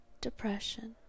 depression